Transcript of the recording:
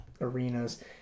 arenas